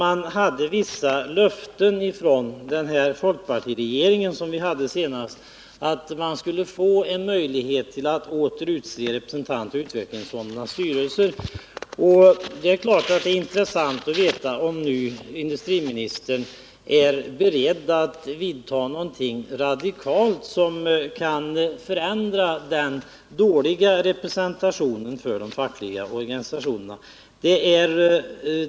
Man lär ha fått vissa löften från folkpartiregeringen om möjligheter att få utse representanter i utvecklingsfondernas styrelser. Självfallet är det av intresse att få veta om industriministern är beredd att vidta några radikala åtgärder för att förbättra de fackliga organisationernas dåliga representation i utvecklingsfondernas styrelser.